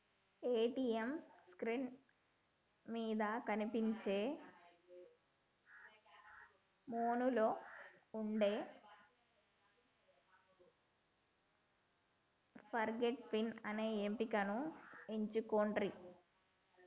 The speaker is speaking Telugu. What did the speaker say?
ఏ.టీ.యం స్క్రీన్ మీద కనిపించే మెనూలో వుండే ఫర్గాట్ పిన్ అనే ఎంపికను ఎంచుకొండ్రి